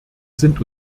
sind